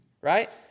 Right